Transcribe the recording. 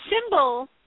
symbol –